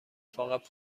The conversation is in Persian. فقط